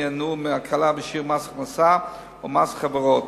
ייהנו מהקלה בשיעור מס הכנסה או מס חברות.